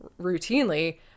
routinely